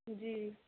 जी